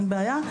אין בעיה,